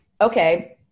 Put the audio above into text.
okay